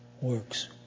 works